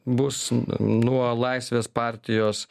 bus nuo laisvės partijos